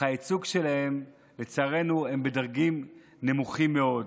אך הייצוג שלהם, לצערנו, הוא בדרגים נמוכים מאוד.